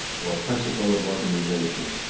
or principle of organisation,